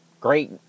great